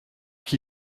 qui